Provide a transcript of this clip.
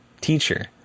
teacher